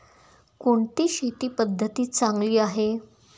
कोणती शेती पद्धती चांगली आहे?